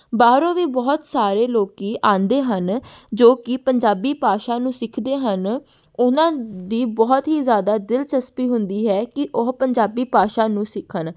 ਬਾਹਰੋਂ ਵੀ ਬਹੁਤ ਸਾਰੇ ਲੋਕ ਆਉਂਦੇ ਹਨ ਜੋ ਕਿ ਪੰਜਾਬੀ ਭਾਸ਼ਾ ਨੂੰ ਸਿੱਖਦੇ ਹਨ ਉਨ੍ਹਾਂ ਦੀ ਬਹੁਤ ਹੀ ਜ਼ਿਆਦਾ ਦਿਲਚਸਪੀ ਹੁੰਦੀ ਹੈ ਕਿ ਉਹ ਪੰਜਾਬੀ ਭਾਸ਼ਾ ਨੂੰ ਸਿੱਖਣ